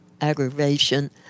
aggravation